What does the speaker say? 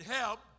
help